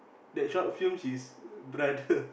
the short film is brother